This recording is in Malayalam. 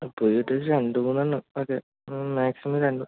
പുതിയതായിട്ട് ഒര് രണ്ടു മൂന്നെണം ഓക്കേ മാക്സിമം രണ്ട്